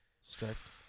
strict